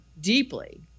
deeply